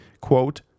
Quote